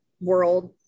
world